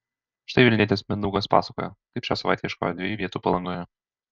štai vilnietis mindaugas pasakoja kaip šią savaitę ieškojo dviejų vietų palangoje